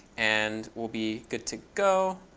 and we'll be good to go.